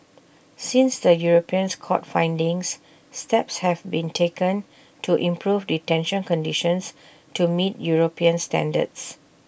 since the Europeans court's findings steps have been taken to improve detention conditions to meet european standards